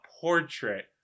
portrait